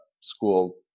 school